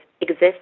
exists